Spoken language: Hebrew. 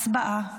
הצבעה.